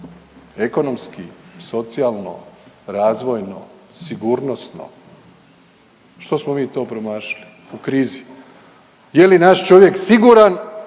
Ekonomski, socijalno, razvojno, sigurnosno, što smo mi to promašili u krizi? Je li naš čovjek siguran